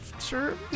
sure